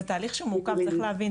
זה תהליך שהוא מאוד מורכב, צריך להבין.